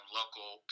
local